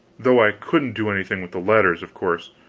though i couldn't do anything with the letters, of course,